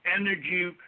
energy